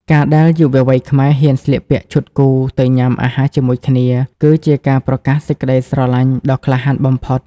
ការដែលយុវវ័យខ្មែរហ៊ានស្លៀកពាក់ឈុតគូ ទៅញ៉ាំអាហារជាមួយគ្នា គឺជាការប្រកាសសេចក្ដីស្រឡាញ់ដ៏ក្លាហានបំផុត។